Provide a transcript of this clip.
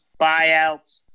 buyouts